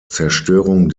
zerstörung